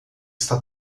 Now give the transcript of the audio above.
está